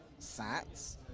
Sats